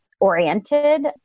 Oriented